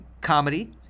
comedy